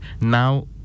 Now